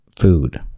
food